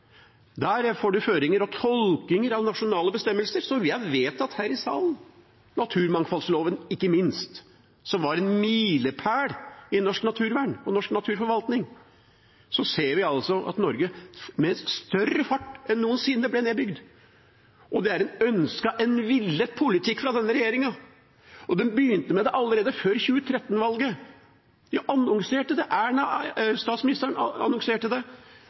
Der får man føringer og tolkinger av nasjonale bestemmelser som vi har vedtatt her i salen ikke minst naturmangfoldloven som var en milepæl i norsk naturvern og norsk naturforvaltning. Så ser vi at Norge blir nedbygd med større fart enn noensinne. Det er en ønsket og villet politikk fra denne regjeringen. Den begynte med det allerede før 2013-valget. Statsministeren annonserte det, nåværende finansminister annonserte det, at det skulle liberaliseres. Er det noe de har fått til og hatt handlekraft på, er det